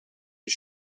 his